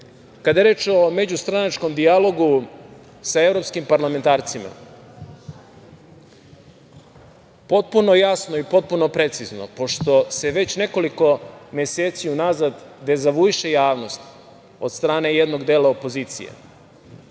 kada je reč o međustranačkom dijalogu sa evropskim parlamentarcima, potpuno jasno i potpuno precizno, pošto se već nekoliko meseci unazad dezavuiše javnost od strane jednog dela opozicije,